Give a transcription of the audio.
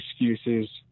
excuses